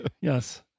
Yes